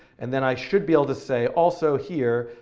and then i should be able to say also here,